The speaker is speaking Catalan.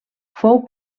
fou